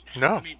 No